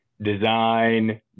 design